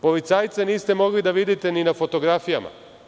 Policajca niste mogli da vidite ni na fotografijama.